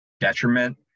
detriment